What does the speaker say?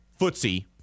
footsie